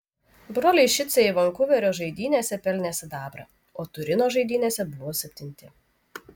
broliai šicai vankuverio žaidynėse pelnė sidabrą o turino žaidynėse buvo septinti